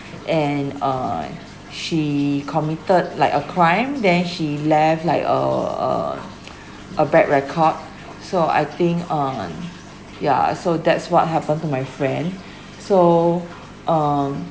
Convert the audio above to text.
and uh she committed like a crime then she left like uh uh a bad record so I think uh yeah so that's what happen to my friend so um